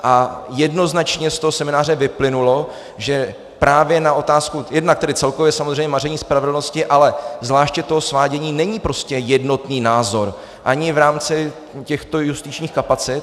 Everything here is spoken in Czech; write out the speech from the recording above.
A jednoznačně z toho semináře vyplynulo, že právě na otázku jednak tedy celkově samozřejmě maření spravedlnosti, ale zvláště toho svádění není prostě jednotný názor ani v rámci těchto justičních kapacit.